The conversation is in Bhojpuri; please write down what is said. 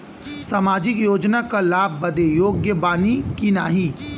सामाजिक योजना क लाभ बदे योग्य बानी की नाही?